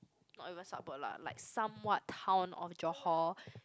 not even suburb lah like somewhat town or Johor